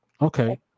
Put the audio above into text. Okay